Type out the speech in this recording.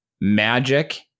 Magic